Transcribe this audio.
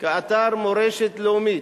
כאתר מורשת לאומית,